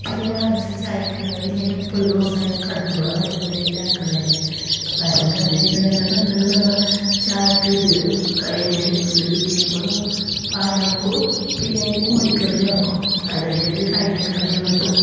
പിന്നെ രാവിലത്തെ ചായക്ക് ഇല്ലെങ്കില് എപ്പളും ദോശ അങ്ങന്നെ അക്കുന്നതല്ലേ അപ്പോൾ ആരെങ്കിലും അഥിതികൾ ഉള്ളപ്പോൾ ഒന്നുകില് നമ്മൾ ചായക്ക് ഇത് ഇടിയപ്പം പാൽ ആക്കും പിന്നെ അതിനു കോഴിക്കറി ആക്കും അതല്ലെങ്കിൽ കടലക്കറിയോ മറ്റോ